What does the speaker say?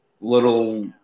little